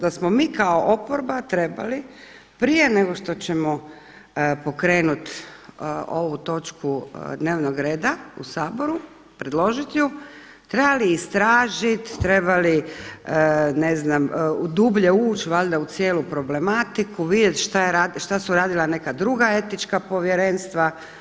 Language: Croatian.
Da smo mi kao oporba trebali prije nego što ćemo pokrenuti ovu točku dnevnoga reda u Saboru, predložiti ju, trebali istražiti, trebali ne znam, dublje ući valjda u cijelu problematiku, vidjeti što su radila neka druga etička povjerenstva.